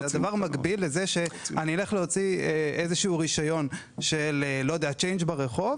זה מקביל לכך שאני אלך להוציא רישיון של Change ברחוב,